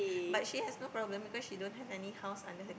but she has no problem because she don't know have any house under her